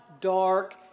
dark